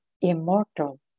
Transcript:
immortal